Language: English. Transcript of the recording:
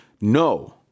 no